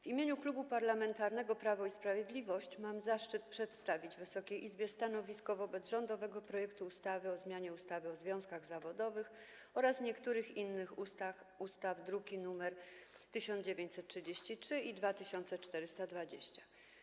W imieniu Klubu Parlamentarnego Prawo i Sprawiedliwość mam zaszczyt przedstawić Wysokiej Izbie stanowisko wobec rządowego projektu ustawy o zmianie ustawy o związkach zawodowych oraz niektórych innych ustaw, druki nr 1933 i 2420.